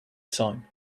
time